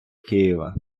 києва